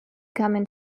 coming